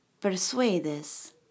persuades